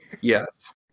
Yes